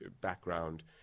background